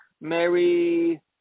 Mary